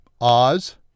Oz